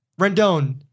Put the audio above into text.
Rendon